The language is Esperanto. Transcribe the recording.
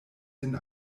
sin